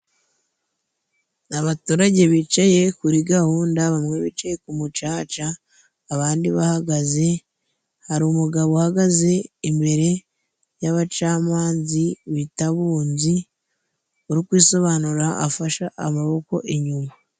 Abaturage bicaye kuri gahunda, bamwe bicaye ku mucaca, abandi bahagaze. Hari umugabo uhagaze imbere y'abacamanzi bita "abunzi " uri kwisobanura afashe amaboko inyuma.